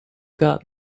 got